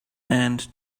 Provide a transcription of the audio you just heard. and